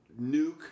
Nuke